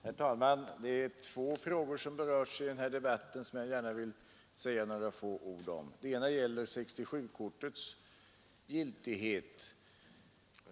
Herr talman! Det är två frågor som beröts i denna debatt och som jag gärna vill säga några ord om. Den första frågan gäller 67-kortets giltighet.